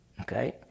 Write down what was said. Okay